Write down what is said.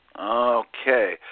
Okay